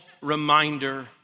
reminder